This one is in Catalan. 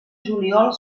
juliol